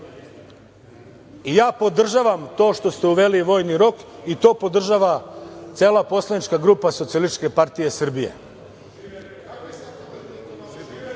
i ja podržavam to što ste uveli vojni rok i to podržava cela poslanička grupa Socijalističke partije.